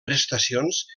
prestacions